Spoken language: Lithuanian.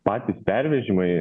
patys pervežimai